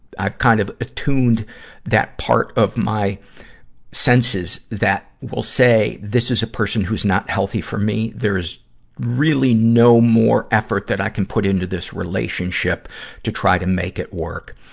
i've kind of attuned that part of my senses that will say, this is a person who is not healthy for me. there is really no more effort that i can put into this relationship to try to make it work.